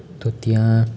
તો ત્યાં